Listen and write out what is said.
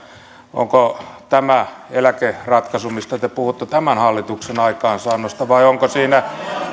onko tämä eläkeratkaisu mistä te puhutte tämän hallituksen aikaansaannosta vai onko siinä